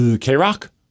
K-Rock